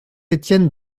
étienne